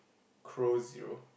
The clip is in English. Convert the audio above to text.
crow zero